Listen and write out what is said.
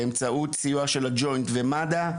באמצעות סיוע הג'וינט ומד"א,